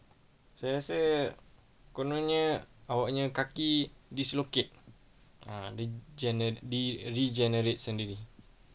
saya rasa kononnya awaknya kaki dislocate ah dia genera~ re~ regenerate sendiri